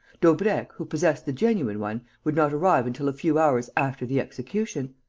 daubrecq, who possessed the genuine one, would not arrive until a few hours after the execution.